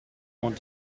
want